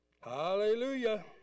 Hallelujah